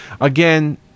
again